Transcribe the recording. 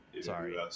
sorry